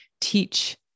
teach